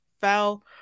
foul